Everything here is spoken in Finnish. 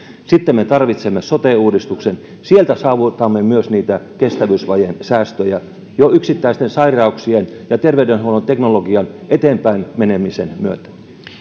sitten me tarvitsemme sote uudistuksen sieltä saavutamme myös niitä kestävyysvajeen säästöjä jo yksittäisten sairauksien hoidon ja terveydenhuollon teknologian eteenpäin menemisen myötä